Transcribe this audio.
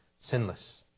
sinless